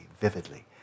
vividly